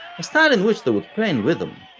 a style in which they would pray in rhythm,